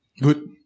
Good